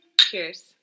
Cheers